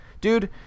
Dude